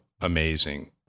amazing